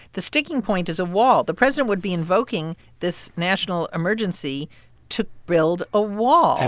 the sticking point is a wall. the president would be invoking this national emergency to build a wall,